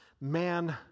man